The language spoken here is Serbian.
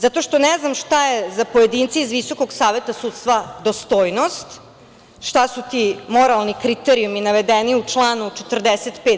Zato što ne znam šta je za pojedince iz Visokog saveta sudstva dostojnost, šta su ti moralni kriterijumi navedeni u članu 45.